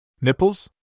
Nipples